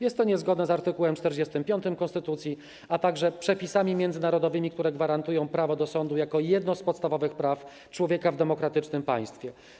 Jest to niezgodne z art. 45 konstytucji, a także z przepisami międzynarodowymi, które gwarantują prawo do sądu jako jedno z podstawowych praw człowieka w demokratycznym państwie.